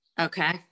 Okay